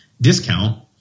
discount